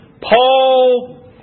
Paul